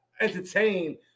entertain